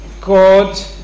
God